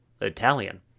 Italian